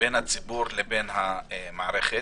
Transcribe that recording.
בין הציבור לבין המערכת,